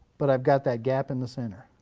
but i've got that gap in the center.